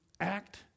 act